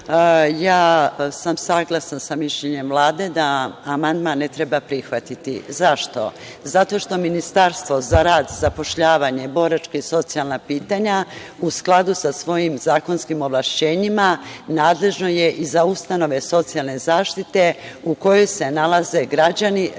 ja sam saglasna sa mišljenjem Vlade da amandman ne treba prihvatiti. Zašto? Zato što Ministarstvo za rad, zapošljavanje, boračka i socijalna pitanja u skladu sa svojim zakonskim ovlašćenjima nadležno je i za ustanove socijalne zaštite u kojoj se nalaze građani Republike